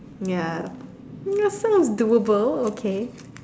ya that sound doable okay